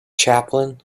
chaplain